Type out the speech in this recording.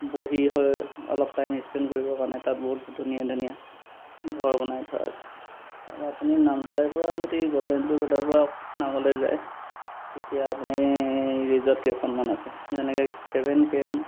বহি হয় অলপ টাইম স্পেণ্ড কৰিবৰ কাৰণে তাত বহুত ধুনীয়া ধুনীয়া ঘৰ বনাই থোৱা আছে আৰু আপুনি নামচাইপৰা যদি গ'ল্ডেন পেৰিগডাৰপৰা অকণমান আগলৈ যায় তেতিয়া আপুনি ৰিজৰ্ট কেইখনমান আছে যেনেকৈ ছেভেন কে এম